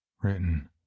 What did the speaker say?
Written